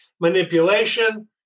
manipulation